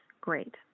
great